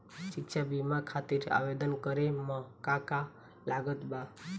शिक्षा बीमा खातिर आवेदन करे म का का लागत बा?